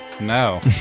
No